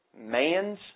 man's